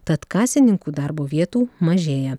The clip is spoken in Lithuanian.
tad kasininkų darbo vietų mažėja